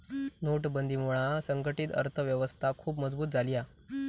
नोटबंदीमुळा संघटीत अर्थ व्यवस्था खुप मजबुत झाली हा